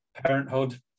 Parenthood